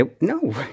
No